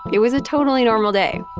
it was a totally normal day,